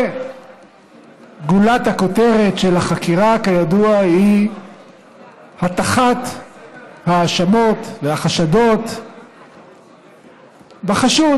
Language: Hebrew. וגולת הכותרת של החקירה כידוע היא הטחת ההאשמות והחשדות בחשוד.